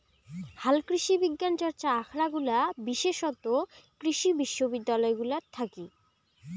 হালকৃষিবিজ্ঞান চর্চা আখরাগুলা বিশেষতঃ কৃষি বিশ্ববিদ্যালয় গুলাত থাকি